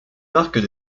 marques